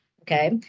okay